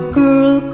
girl